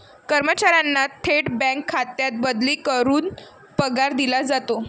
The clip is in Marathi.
कर्मचाऱ्यांना थेट बँक खात्यात बदली करून पगार दिला जातो